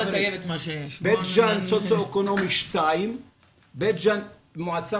בית ג'ן סוציו אקונומי 2. בית ג'ן מועצה